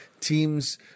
teams